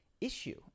issue